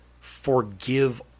forgive